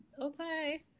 okay